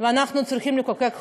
ואנחנו צריכים לחוקק חוק.